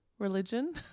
Religion